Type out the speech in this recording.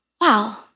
Wow